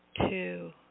two